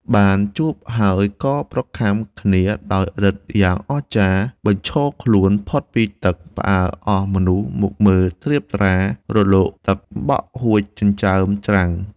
បានជួបហើយក៏ប្រខាំគ្នាដោយឫទ្ធិយ៉ាងអស្ចារ្យ បញ្ឈរខ្លួនផុតពីទឹកផ្អើល អស់មនុស្សមកមើលត្រៀបត្រា រលកទឹកបោកហួសចិញ្ចើមច្រាំង ។